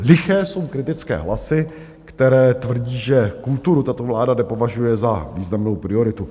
Liché jsou kritické hlasy, které tvrdí, že kulturu tato vláda nepovažuje za významnou prioritu.